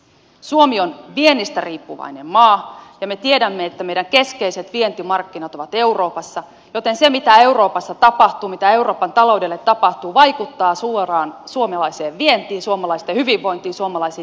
suomi on viennistä riippuvainen maa ja me tiedämme että meidän keskeiset vientimarkkinat ovat euroopassa joten se mitä euroopassa tapahtuu mitä euroopan taloudelle tapahtuu vaikuttaa suoraan suomalaiseen vientiin suomalaisten hyvinvointiin suomalaisiin työpaikkoihin